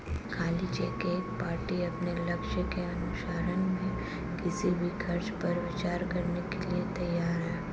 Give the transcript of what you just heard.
खाली चेक एक पार्टी अपने लक्ष्यों के अनुसरण में किसी भी खर्च पर विचार करने के लिए तैयार है